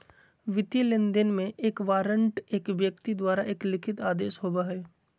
वित्तीय लेनदेन में, एक वारंट एक व्यक्ति द्वारा एक लिखित आदेश होबो हइ